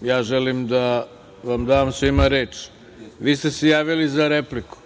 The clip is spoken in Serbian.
ja želim da vam dam svima reč. Vi ste se javili za repliku.